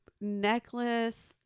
necklace